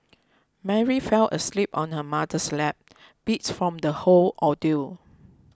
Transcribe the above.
Mary fell asleep on her mother's lap beats from the whole ordeal